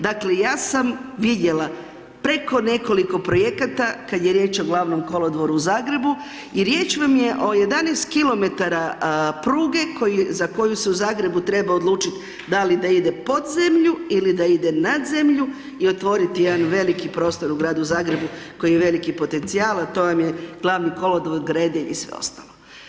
Dakle ja sam vidjela preko nekoliko projekata kad je riječ o Glavnom kolodvoru u Zagrebu i riječ vam je o 11 km pruge za koju se u Zagrebu treba odlučiti da li da ide pod zemlju ili da ide nad zemlju i otvoriti jedan veliki prostor u gradu Zagrebu koji je veliki potencijal a to vam je Glavni kolodvor, Gredelj i sve ostalo.